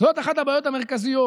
זאת אחת הבעיות המרכזיות.